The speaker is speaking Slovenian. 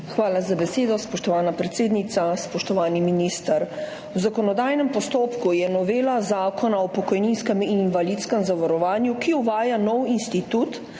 Hvala za besedo, spoštovana predsednica. Spoštovani minister! V zakonodajnem postopku je novela Zakona o pokojninskem in invalidskem zavarovanju, ki uvaja nov institut